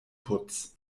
putz